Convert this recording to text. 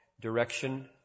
direction